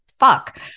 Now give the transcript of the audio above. fuck